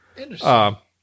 Interesting